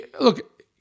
look